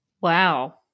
Wow